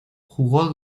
jugó